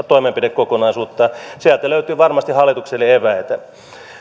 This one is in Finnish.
toimenpidekokonaisuutta sieltä löytyy varmasti hallitukselle eväitä